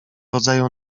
rodzaju